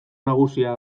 nagusia